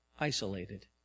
Isolated